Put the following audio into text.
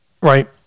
right